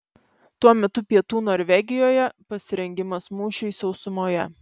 tuo metu pietų norvegijoje pasirengimas mūšiui sausumoje